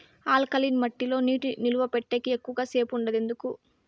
alkaline మట్టి లో నీటి నిలువ పెట్టేకి ఎక్కువగా సేపు ఉండదు ఎందుకు